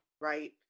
right